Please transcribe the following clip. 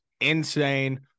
insane